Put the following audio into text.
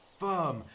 firm